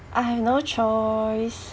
I have no choice